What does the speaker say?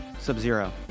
Sub-Zero